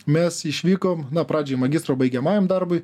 mes išvykom na pradžiai magistro baigiamajam darbui